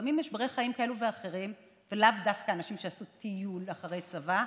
לפעמים במשברי חיים כאלה ואחרים ולאו דווקא אנשים שעשו טיול אחרי צבא,